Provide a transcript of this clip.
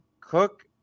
Cook